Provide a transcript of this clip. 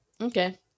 Okay